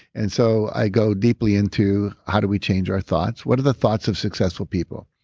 and so i go deeply into how, do we change our thoughts? what are the thoughts of successful people?